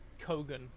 Kogan